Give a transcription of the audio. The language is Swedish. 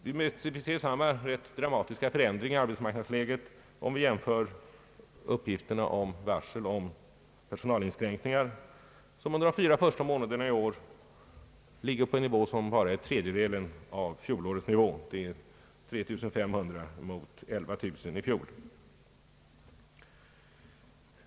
Vi finner samma rätt dramatiska förändring i arbetsmarknadsläget om vi jämför uppgifterna beträffande varsel om personalinskränkningar, som under de fyra första månaderna i år ligger på en nivå som är mindre än tredjedelen av fjolårets — det rör sig om 3 500 i år mot 11 000 i fjol.